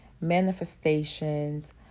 manifestations